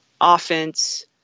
offense